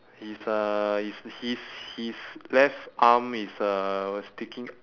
his uh his his his left arm is uh sticking